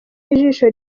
ijisho